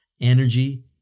Energy